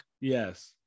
yes